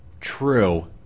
True